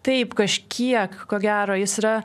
taip kažkiek ko gero jis yra